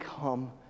come